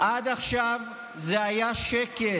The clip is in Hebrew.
עד עכשיו זה היה שקט.